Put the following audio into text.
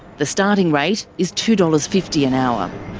the starting rate is two dollars. fifty an hour.